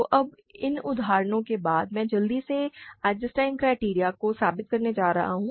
तो अब इन उदाहरणों के बाद मैं जल्दी से आइजेंस्टाइन क्राइटेरियन को साबित करने जा रहा हूं